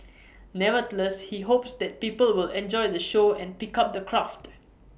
nevertheless he hopes that people will enjoy the show and pick up the craft